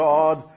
God